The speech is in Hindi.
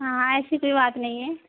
हाँ ऐसी कोई बात नहीं है